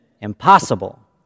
Impossible